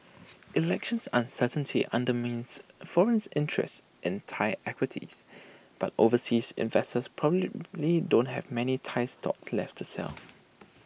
elections uncertainty undermines foreign interest in Thai equities but overseas investors probably don't have many Thai stocks left to sell